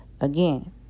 again